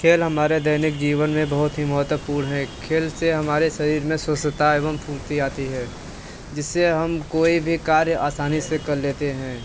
खेल हमारे दैनिक जीवन में बहुत ही महत्वपूर्ण है खेल से हमारे शरीर में स्वच्छता एवं फुर्ती आती है जिससे हम कोई भी कार्य आसानी से कर लेते हैं